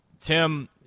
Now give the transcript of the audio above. Tim